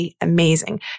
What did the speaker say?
amazing